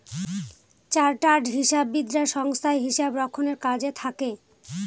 chartered হিসাববিদরা সংস্থায় হিসাব রক্ষণের কাজে থাকে